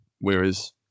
whereas